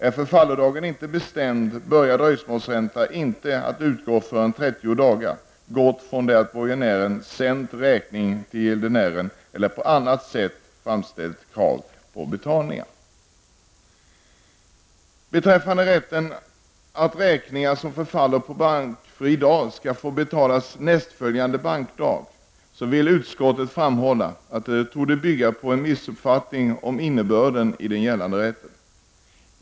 Är förfallodagen inte bestämd, börjar dröjsmålsränta inte att utgå förrän efter det att 30 dagar har gått sedan borgenären sände räkningen till gäldenären eller på annat sätt framställde krav om betalning. Beträffande rätten att få betala räkningar som förfaller på bankfri dag under nästföljande bankdag, vill utskottet framhålla att detta torde bygga på en missuppfattning om innebörden i den gällande rätten.